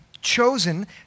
chosen